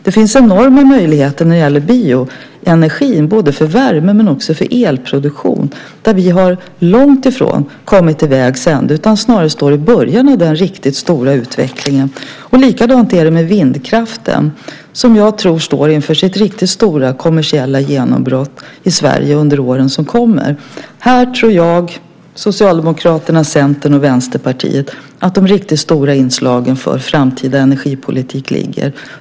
Det finns enorma möjligheter när det gäller bioenergin både för värme och för elproduktion. Där har vi långt ifrån kommit till vägs ände. Snarare står vi i början av den riktigt stora utvecklingen. Likadant är det med vindkraften, som jag tror står inför sitt riktigt stora kommersiella genombrott i Sverige under åren som kommer. Här tror jag, Socialdemokraterna, Centern och Vänsterpartiet att de riktigt stora inslagen för en framtida energipolitik ligger.